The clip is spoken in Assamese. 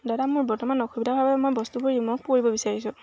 দাদা মোৰ বৰ্তমান অসুবিধা হোৱাৰ বাবে মই বস্তুবোৰ ৰিমভ কৰিব বিচাৰিছোঁ